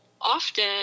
often